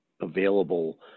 available